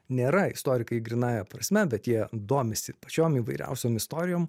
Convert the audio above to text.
nėra istorikai grynąja prasme bet jie domisi pačiom įvairiausiom istorijom